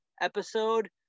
episode